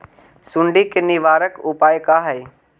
सुंडी के निवारक उपाय का हई?